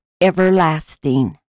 everlasting